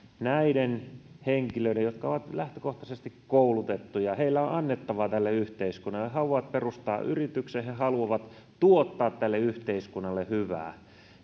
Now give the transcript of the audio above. yrittäminen näille henkilöille jotka ovat lähtökohtaisesti koulutettuja heillä on annettavaa tälle yhteiskunnalle he haluavat perustaa yrityksen he he haluavat tuottaa tälle yhteiskunnalle hyvää